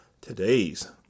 today's